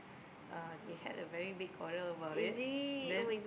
uh they had a very big quarrel about it then